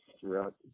throughout